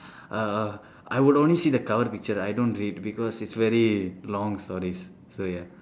uh I would only see the cover picture I don't read because it's very long stories so ya